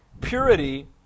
purity